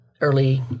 Early